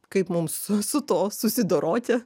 kaip mums su su tuo susidoroti